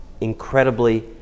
incredibly